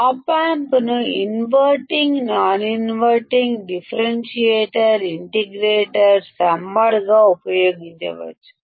ఆప్ amp ను inverting non inverting differentiator integrator సమ్మర్గా ఉపయోగించవచ్చు